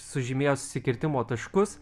sužymėjo susikirtimo taškus